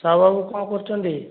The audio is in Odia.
ସାହୁ ବାବୁ କଣ କରୁଛନ୍ତି